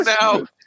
now